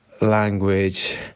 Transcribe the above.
language